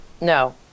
No